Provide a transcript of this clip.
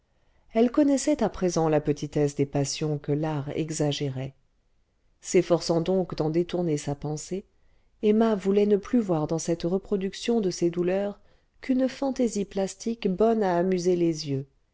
elle connaissait à présent la petitesse des passions que l'art exagérait s'efforçant donc d'en détourner sa pensée emma voulait ne plus voir dans cette reproduction de ses douleurs qu'une fantaisie plastique bonne à amuser les yeux